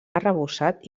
arrebossat